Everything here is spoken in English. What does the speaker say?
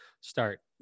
start